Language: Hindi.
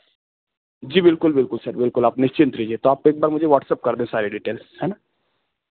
जी बिल्कुल बिल्कुल सर बिल्कुल आप निश्चिंत रहिए तो आप एक बार मुझे वाट्सअप कर दें सारी डिटेल्स है ना